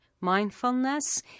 mindfulness